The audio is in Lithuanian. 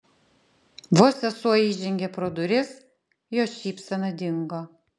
vos sesuo įžengė pro duris jos šypsena dingo